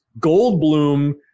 Goldblum